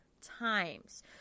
times